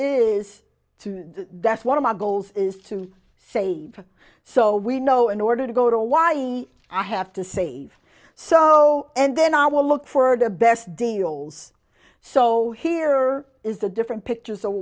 is to that's one of my goals is to save so we know in order to go to hawaii i have to save so and then i will look for the best deals so here is the different pictures